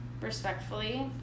respectfully